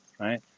right